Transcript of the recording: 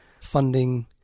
Funding